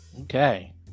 Okay